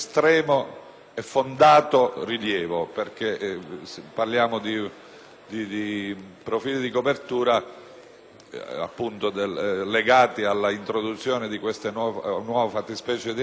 e fondato rilievo. Parliamo infatti di profili di copertura, legati all'introduzione di questa nuova fattispecie di reato,